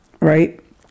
right